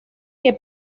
que